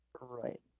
right